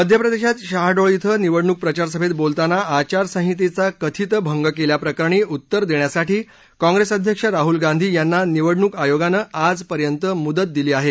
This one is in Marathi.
मध्यप्रदेशात शहाडोळ क्रिं निवडणूक प्रचारसभेत बोलताना आचारसंहितेचा कथित भंग केल्याप्रकरणी उत्तर देण्यासाठी काँग्रेस अध्यक्ष राहुल गांधी यांना निवडणूक आयोगानं आजपर्यंत मुदत दिली आहे